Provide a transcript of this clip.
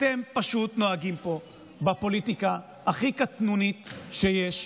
אתם פשוט נוהגים פה בפוליטיקה הכי קטנונית שיש,